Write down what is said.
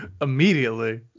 Immediately